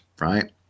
right